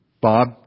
Bob